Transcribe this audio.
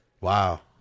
Wow